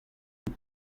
nous